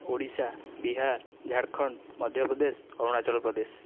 Odisha Bihar Jharkhand Madhya Pradesh Arunachal Pradesh